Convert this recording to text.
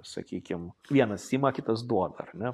sakykim vienas ima kitas duoda ar ne